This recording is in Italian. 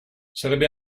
sarebbe